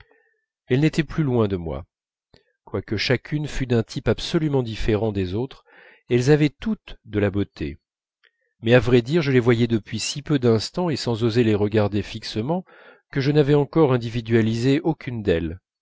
elles n'étaient plus loin de moi quoique chacune fût un type absolument différent des autres elles avaient toutes de la beauté mais à vrai dire je les voyais depuis si peu d'instants et sans oser les regarder fixement que je n'avais encore individualisé aucune d'elles